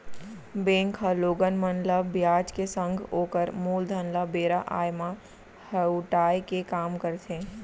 bank ह लोगन मन ल बियाज के संग ओकर मूलधन ल बेरा आय म लहुटाय के काम करथे